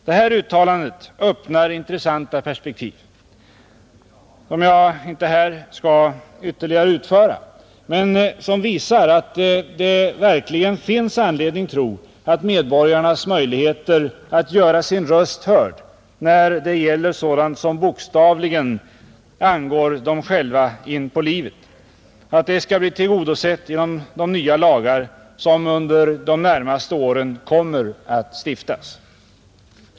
Detta uttalande öppnar intressanta perspektiv, som jag här inte ytterligare skall utveckla men som visar att det verkligen finns anledning att tro att medborgarnas möjligheter att göra sin röst hörd när det gäller sådant som bokstavligen går dem själva in på livet skall bli tillgodosedda genom de nya lagar som under de närmaste åren kommer att stiftas. Herr talman!